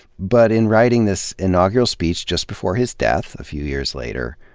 but in writing this inaugural speech just before his death a few years later,